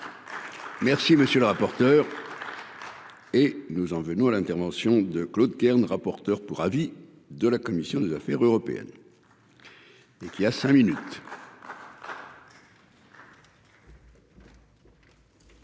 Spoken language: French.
Merci monsieur le rapporteur. Et nous en venons à l'intervention de Claude Kern, rapporteur pour avis de la commission des affaires. Dès qu'il y a cinq minutes.